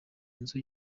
nzu